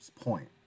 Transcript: point